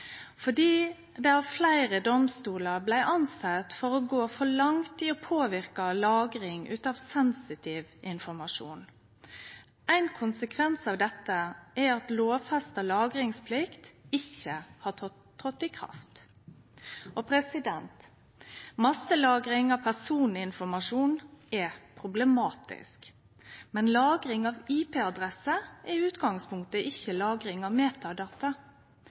fordi det av fleire domstolar blei rekna for å gå for langt i å påleggje lagring av sensitiv informasjon. Ein konsekvens av dette er at lovfesta lagringsplikt ikkje har tredd i kraft. Masselagring av personinformasjon er problematisk, men lagring av IP-adresser er i utgangspunktet ikkje lagring av metadata.